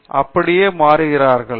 நிர்மலா அப்படியே மாறுகிறார்கள்